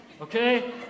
Okay